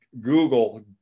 Google